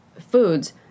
foods